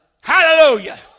Hallelujah